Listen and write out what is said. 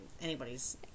anybody's